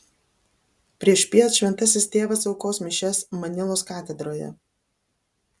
priešpiet šventasis tėvas aukos mišias manilos katedroje